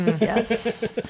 yes